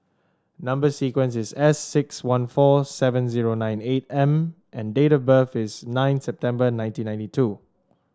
number sequence is S six one four seven zero nine eight M and date of birth is nine September nineteen ninety two